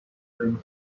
rings